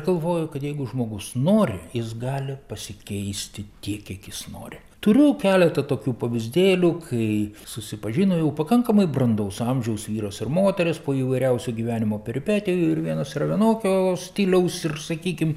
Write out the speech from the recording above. galvoju kad jeigu žmogus nori jis gali pasikeisti tiek kiek jis nori turiu keletą tokių pavyzdėlių kai susipažino jau pakankamai brandaus amžiaus vyras ir moteris po įvairiausių gyvenimo peripetijų ir vienas vienokio stiliaus ir sakykim